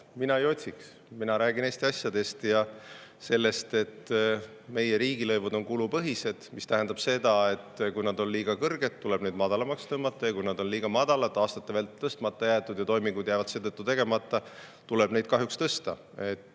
Mina ei otsiks. Mina räägin Eesti asjadest ja sellest, et meie riigilõivud on kulupõhised. See tähendab seda, et kui nad on liiga kõrged, tuleb neid madalamaks tõmmata, ja kui nad on liiga madalad, aastate vältel tõstmata jäetud ja toimingud jäävad seetõttu tegemata, tuleb neid kahjuks tõsta.